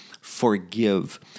forgive